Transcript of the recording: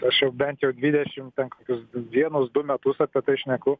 aš jau bent jau dvidešim ten kokius vienus du metus apie tai šneku